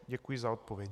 Děkuji za odpověď.